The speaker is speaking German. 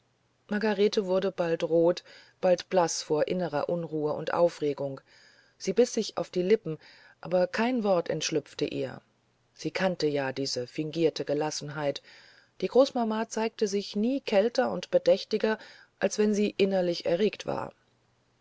margarete wurde bald rot bald blaß vor innerer unruhe und aufregung sie biß sich auf die lippen aber kein wort entschlüpfte ihr sie kannte ja diese fingierte gelassenheit die großmama zeigte sich nie kälter und bedächtiger als wenn sie innerlich erregt war